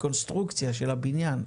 קונסטרוקציה של הבניין,